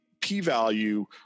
p-value